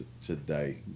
today